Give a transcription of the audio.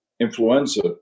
influenza